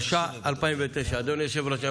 התש"ע 2009. אדוני היושב-ראש,